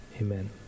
amen